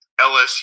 LSU